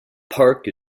park